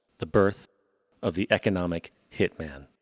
the birth of the economic hitman.